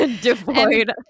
Devoid